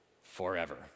forever